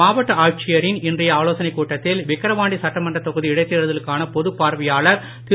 மாவட்ட ஆட்சியிரின் இன்றைய ஆலோசனைக் கூட்டத்தில் விக்கிரவாண்டி சட்டமன்ற தொகுதி இடைத்தேர்தலுக்கான பொதுப் பார்வையாளர் திரு